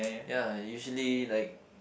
ya usually like